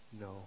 no